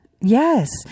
Yes